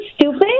stupid